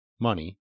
money